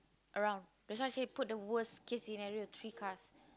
around that's why I say put the worse case scenario three cars